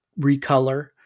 recolor